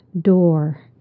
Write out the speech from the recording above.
door